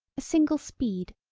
a single speed,